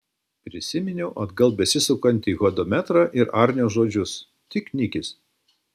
prisiminiau atgal besisukantį hodometrą ir arnio žodžius tik nikis